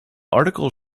article